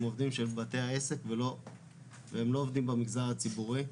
עובדים של בתי העסק והם לא עובדים במגזר הציבורי.